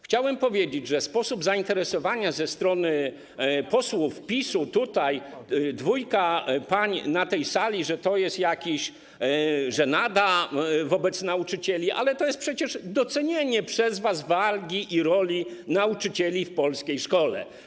Chciałem powiedzieć, że sposób zainteresowania ze strony posłów PiS, dwie panie na tej sali, to jest jakaś żenada wobec nauczycieli, ale to jest przecież docenienie przez was wagi i roli nauczycieli w polskiej szkole.